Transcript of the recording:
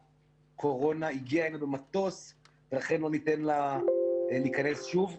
הקורונה הגיעה הנה במטוס ולכן לא ניתן לה להיכנס שוב.